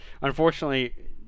Unfortunately